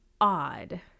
odd